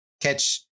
catch